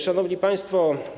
Szanowni Państwo!